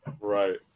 right